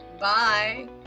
Bye